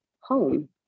home